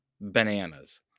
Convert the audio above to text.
bananas